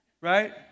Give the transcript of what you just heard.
Right